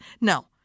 No